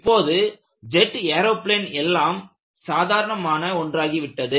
இப்போது jet aeroplane எல்லாம் சாதாரணமான ஒன்றாகிவிட்டது